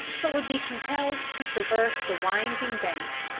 but would be compelled to traverse the winding banks,